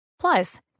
Plus